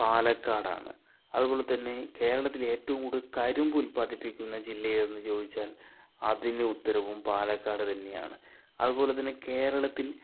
പാലക്കാടാണ് അതു പോലെ തന്നെ കേരളത്തിലെ ഏറ്റവും കൂടുതൽ കരിമ്പ് ഉൽപാദിപ്പിക്കുന്ന ജില്ല എതെന്നു ചോദിച്ചാൽ അതിനുത്തരവും പാലക്കാട് തന്നെയാണ് അതുപോലെ തന്നെ കേരളത്തിൽ